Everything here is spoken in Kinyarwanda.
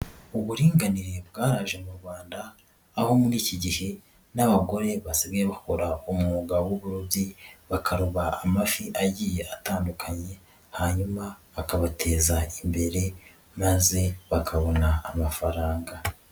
Uburinganire bwaraje mu rwanda, aho muri iki gihe n'abagore basigaye bakora umwuga w'uburobyi bakaroba amafi agiye atandukanye, hanyuma akabateza imbere maze bakabona amafaranga.